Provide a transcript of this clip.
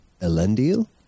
Elendil